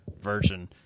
version